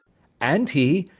and he,